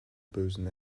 bösen